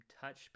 touch